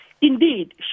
Indeed